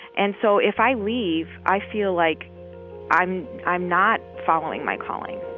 and so if i leave, i feel like i'm i'm not following my calling